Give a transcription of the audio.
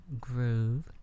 groove